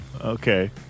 okay